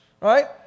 right